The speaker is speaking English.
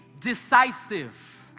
decisive